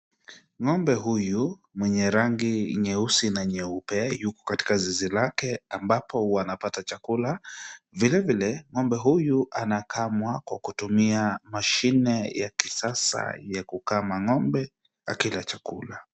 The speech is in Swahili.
Ng'ombe huyu mwenye rangi nyeusi na nyeupe, yuko katika zizi lake ambapo wanapata chakula, vilevile ng'ombe huyu anakamwa kwa kutumia mashine ya kisasa ya kukama ng'ombe akila chakula.